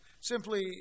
Simply